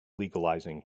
legalizing